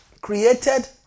created